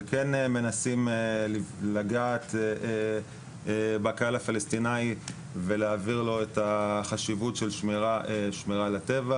וכן מנסים לגעת בקהל הפלסטינאי ולהעביר לו את החשיבות של שמירה על הטבע,